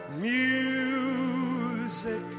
Music